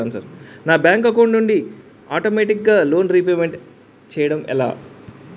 నా bank account నుండి ఆటోమేటిగ్గా లోన్ రీపేమెంట్ చేయడం ఎలా?